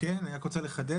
כן, אני רק רוצה לחדד.